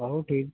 ହେଉ ଠିକ୍